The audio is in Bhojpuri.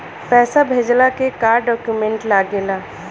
पैसा भेजला के का डॉक्यूमेंट लागेला?